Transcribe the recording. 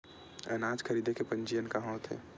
अनाज खरीदे के पंजीयन कहां होथे?